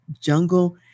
jungle